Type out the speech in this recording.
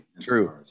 True